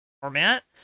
format